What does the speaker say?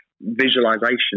visualization